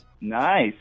Nice